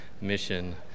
mission